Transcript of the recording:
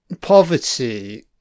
poverty